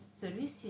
Celui-ci